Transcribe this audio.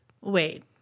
Wait